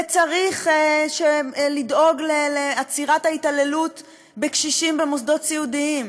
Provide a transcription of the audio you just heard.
וצריך לדאוג לעצירת ההתעללות בקשישים במוסדות סיעודיים,